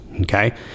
Okay